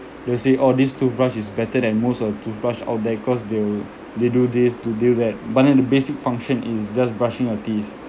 they'll say oh this toothbrush is better than most of the toothbrush out there cause they will they do this they do that but then the basic function is just brushing your teeth